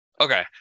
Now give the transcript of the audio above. okay